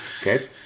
Okay